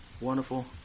wonderful